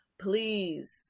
please